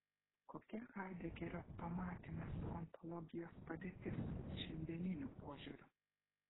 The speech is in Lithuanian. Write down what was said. kokia haidegerio pamatinės ontologijos padėtis šiandieniu požiūriu